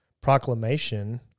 proclamation